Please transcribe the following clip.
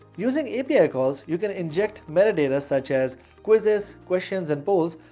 using api ah calls, you can inject metadata, such as quizzes, questions, and polls,